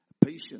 Patience